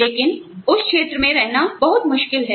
लेकिन उस क्षेत्र में रहना बहुत मुश्किल है